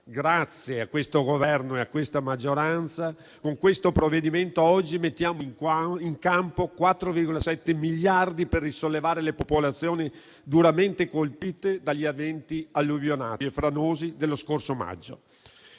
Grazie a questo Governo e a questa maggioranza, con questo provvedimento oggi mettiamo in campo 4,7 miliardi per risollevare le popolazioni duramente colpite dagli eventi alluvionali e franosi dello scorso maggio.